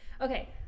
okay